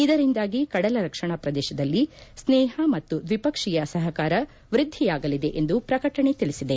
ಇದರಿಂದಾಗಿ ಕಡಲ ರಕ್ಷಣಾ ಪ್ರದೇಶದಲ್ಲಿ ಸ್ತೇಹ ಮತ್ತು ದ್ವಿಪಕ್ಷೀಯ ಸಹಕಾರ ವ್ಬದ್ದಿಯಾಗಲಿದೆ ಎಂದು ಪ್ರಕಟಣೆ ತಿಳಿಸಿದೆ